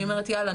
אני אומרת יאללה,